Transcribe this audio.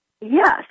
Yes